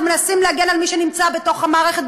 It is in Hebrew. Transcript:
אנחנו מנסים להגן על מי שנמצאים בתוך המערכת,